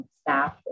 staff